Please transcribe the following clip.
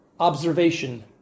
Observation